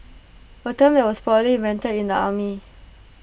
A term that was probably invented in the army